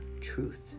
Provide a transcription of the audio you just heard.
truth